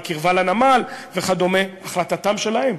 הקרבה לנמל וכדומה החלטתם שלהם,